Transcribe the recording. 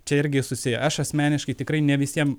čia irgi susiję aš asmeniškai tikrai ne visiem